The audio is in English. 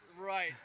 Right